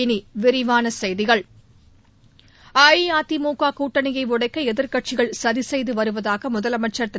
இனி விரிவான செய்திகள் அஇஅதிமுக கூட்டணியை உடைக்க எதிர்க்கட்சிகள் சதி செய்து வருவதாக முதலமைச்சா் திரு